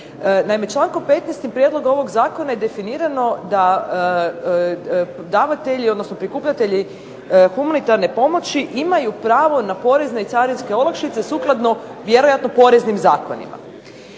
Naime, člankom 15. prijedloga ovoga zakona je definirano da davatelji odnosno prikupljatelji humanitarne pomoći imaju pravo na porezne i carinske olakšice sukladno vjerojatno poreznim zakonima.